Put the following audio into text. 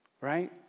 Right